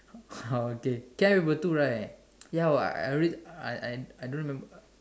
okay Chem were too right ya were I read I I I don't remember